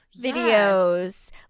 videos